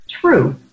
true